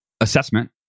assessment